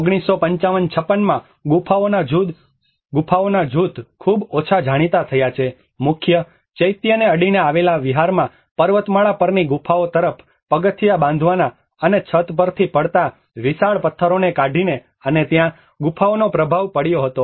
અને 1955 56 માં ગુફાઓના જૂથ ખૂબ ઓછા જાણીતા થયા છે કે મુખ્ય ચૈત્યને અડીને આવેલા વિહારમાં પર્વતમાળા પરથી ગુફાઓ તરફ પગથિયા બાંધવાના અને છત પરથી પડતા વિશાળ પથ્થરોને કાઢીને અને ત્યાં ગુફાઓનો પ્રભાવ પડ્યો હતો